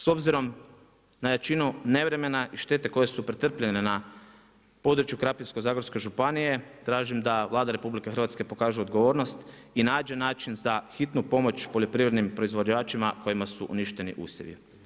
S obzirom, na jačinu nevremena i štete koje su pretrpljene na području Krapinsko-zagorske županije, tražim da Vlada Republike Hrvatske pokaže odgovornost i nađe način za hitnu pomoć poljoprivrednim proizvođačima kojima su uništeni usjevi.